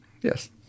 Yes